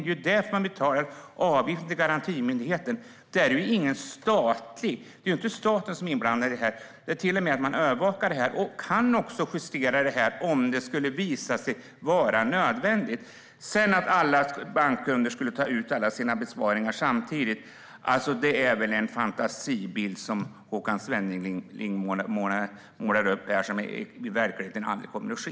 Det är ju därför man betalar avgift till garantimyndigheten. Staten är inte inblandad i det här. Man övervakar det här och kan också justera det om det skulle visa sig vara nödvändigt. Att alla bankkunder skulle ta ut alla sina besparingar samtidigt kommer aldrig att ske i verkligheten utan är väl en fantasibild som Håkan Svenneling målar upp här.